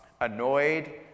annoyed